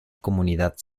comunidad